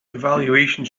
evaluation